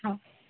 हो